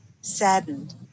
saddened